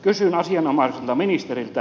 kysyn asianomaiselta ministeriltä